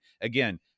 Again